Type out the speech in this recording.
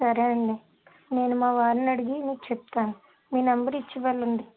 సరే అండి నేను మా వారినడిగి మీకు చెప్తాను మీ నెంబర్ ఇచ్చి వెళ్ళండి